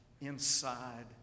inside